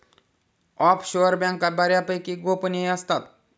offshore बँका बऱ्यापैकी गोपनीय असतात